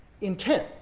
intent